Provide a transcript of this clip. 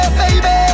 baby